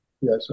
Yes